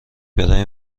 برای